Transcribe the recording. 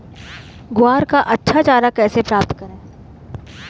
ग्वार का अच्छा चारा कैसे प्राप्त करें?